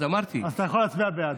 אז אתה יכול להצביע בעד.